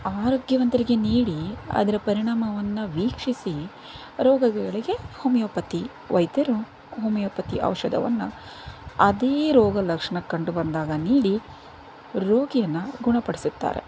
ಆರೋಗ್ಯವಂತರಿಗೆ ನೀಡಿ ಅದರ ಪರಿಣಾಮವನ್ನು ವೀಕ್ಷಿಸಿ ರೋಗಗಳಿಗೆ ಹೋಮಿಯೋಪತಿ ವೈದ್ಯರು ಹೋಮಿಯೋಪತಿ ಔಷಧವನ್ನು ಅದೇ ರೋಗ ಲಕ್ಷಣ ಕಂಡು ಬಂದಾಗ ನೀಡಿ ರೋಗಿಯನ್ನು ಗುಣಪಡಿಸುತ್ತಾರೆ